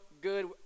good